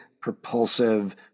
propulsive